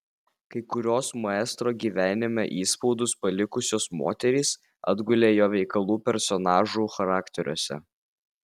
kai kurios maestro gyvenime įspaudus palikusios moterys atgulė jo veikalų personažų charakteriuose